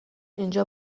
اینجا